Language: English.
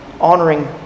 honoring